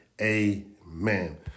amen